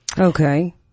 Okay